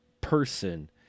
person